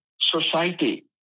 society